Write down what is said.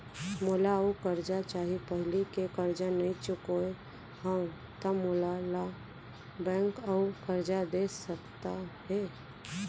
मोला अऊ करजा चाही पहिली के करजा नई चुकोय हव त मोल ला बैंक अऊ करजा दे सकता हे?